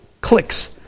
clicks